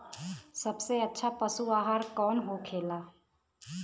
सबसे अच्छा पशु आहार कौन होखेला?